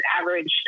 average